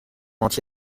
anti